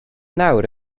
nawr